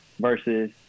versus